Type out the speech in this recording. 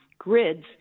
grids